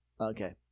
Okay